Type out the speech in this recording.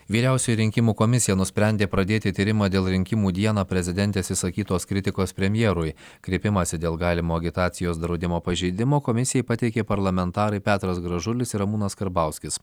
vyriausioji rinkimų komisija nusprendė pradėti tyrimą dėl rinkimų dieną prezidentės išsakytos kritikos premjerui kreipimąsi dėl galimo agitacijos draudimo pažeidimo komisijai pateikė parlamentarai petras gražulis ir ramūnas karbauskis